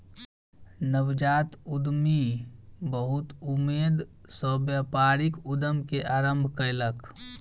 नवजात उद्यमी बहुत उमेद सॅ व्यापारिक उद्यम के आरम्भ कयलक